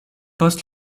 post